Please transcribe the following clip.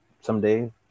someday